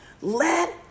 Let